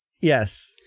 Yes